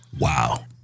Wow